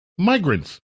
Migrants